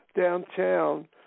downtown